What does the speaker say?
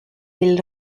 del